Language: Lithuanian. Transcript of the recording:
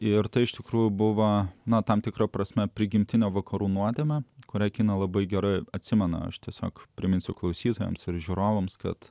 ir tai iš tikrųjų buvo na tam tikra prasme prigimtinę vakarų nuodėmę kuria kiną labai gerai atsimena aš tiesiog priminsiu klausytojams ir žiūrovams kad